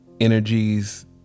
energies